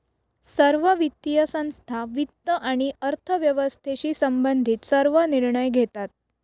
सर्व वित्तीय संस्था वित्त आणि अर्थव्यवस्थेशी संबंधित सर्व निर्णय घेतात